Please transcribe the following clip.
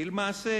כי למעשה,